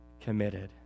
committed